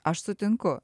aš sutinku